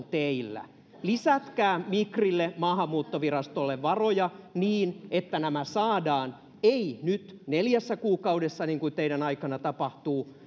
teillä lisätkää migrille maahanmuuttovirastolle varoja niin että nämä saadaan ei nyt neljässä kuukaudessa niin kuin teidän aikana tapahtuu